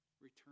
return